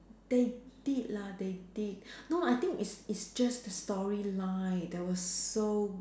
they did lah they did no I think it's it's just the storyline that was so